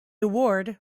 award